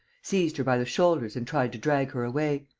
seized her by the shoulders and tried to drag her away.